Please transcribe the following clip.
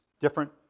different